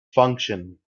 function